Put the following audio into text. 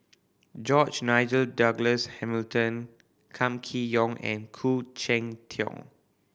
George Nigel Douglas Hamilton Kam Kee Yong and Khoo Cheng Tiong